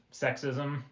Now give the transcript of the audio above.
sexism